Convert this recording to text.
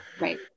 right